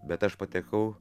bet aš patekau